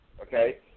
okay